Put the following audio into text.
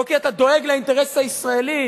לא כי אתה דואג לאינטרס הישראלי,